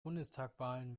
bundestagswahl